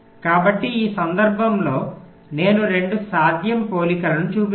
కాబట్టి ఈ సందర్భంలో నేను 2 సాధ్యం సరిపోలికలను చూపించాను